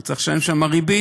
הוא צריך לשלם שם ריבית,